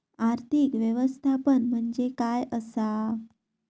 आर्थिक व्यवस्थापन म्हणजे काय असा?